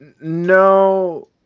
No